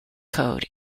code